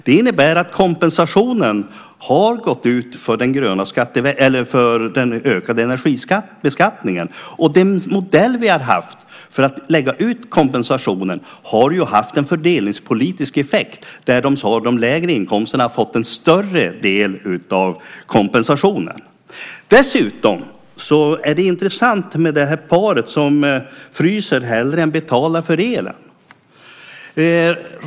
Det innebär att kompensationen har gått ut för den ökade energibeskattningen, och den modell vi har haft för att lägga ut kompensationen har haft en fördelningspolitisk effekt där de som har de lägre inkomsterna har fått en större del av kompensationen. Dessutom är det intressant med det här paret som fryser hellre än betalar för elen.